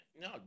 No